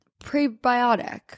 prebiotic